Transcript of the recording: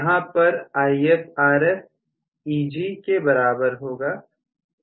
यहां पर IfRf Eg के बराबर होगा